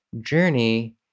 journey